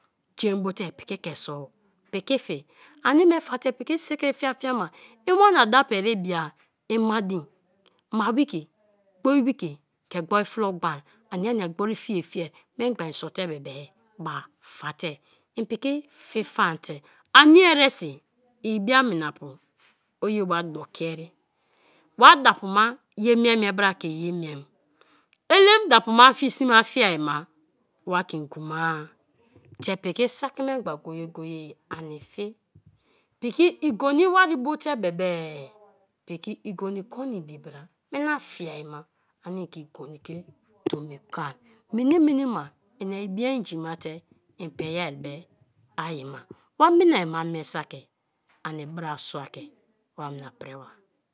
Jen bo te piki ke soor piki fi ani me faa te piki sikri fia fia ma. I wana dapu ere bia i mai din, ma wikie, ghoi fie fiai, memgba isoor te bebe ba fa te in piki fi faante ani eresi ibiaminapu oye wa dokia ere wa dapu ma fi sime afiai ma wa ke nguba-a te piki saki memgba go- go-ye ani fi piki igoni iwari bo te bebe piki igoni kon ne ibim bra mina-a fiai ma ani le agoni ke tomi kon mene- mene ma ina bia inji ma mie saki ani brasua ke wana priba.